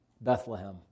Bethlehem